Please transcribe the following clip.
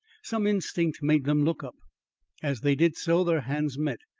some instinct made them look up as they did so, their hands met.